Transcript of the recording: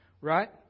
Right